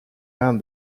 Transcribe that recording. hand